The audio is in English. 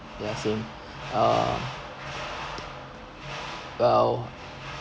ya same uh but I'll